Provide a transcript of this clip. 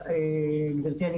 גברתי,